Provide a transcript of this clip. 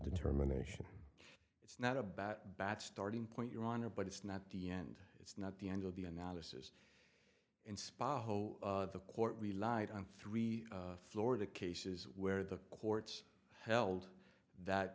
determination it's not about bad starting point your honor but it's not the end it's not the end of the analysis inspired ho the court relied on three florida cases where the courts held that